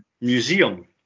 museum